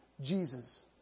Jesus